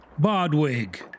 Bodwig